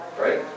right